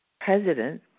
president